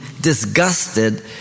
disgusted